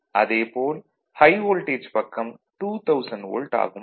அதேபோல் high voltage பக்கம் 2000 volt ஆகும்